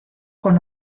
con